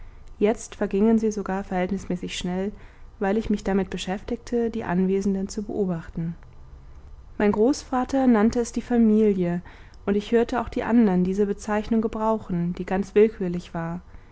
jetzt vergingen sie sogar verhältnismäßig schnell weil ich mich damit beschäftigte die anwesenden zu beobachten mein großvater nannte es die familie und ich hörte auch die andern diese bezeichnung gebrauchen die ganz willkürlich war